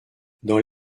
dans